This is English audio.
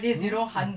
mm mm